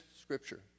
Scripture